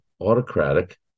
autocratic